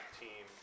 team